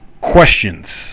questions